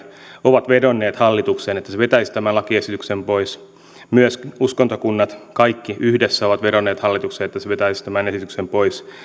on vedonnut hallitukseen että se vetäisi tämän lakiesityksen pois myös uskontokunnat kaikki yhdessä ovat vedonneet hallitukseen että se vetäisi tämän esityksen pois